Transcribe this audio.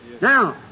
Now